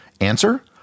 Answer